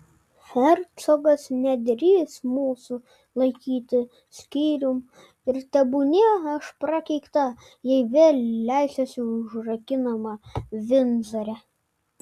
hercogas nedrįs mūsų laikyti skyrium ir tebūnie aš prakeikta jei vėl leisiuosi užrakinama vindzore